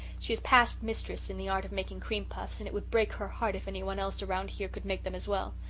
she is past mistress in the art of making cream puffs and it would break her heart if anyone else here could make them as well.